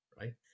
right